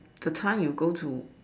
the time you go to